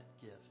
gift